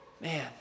Man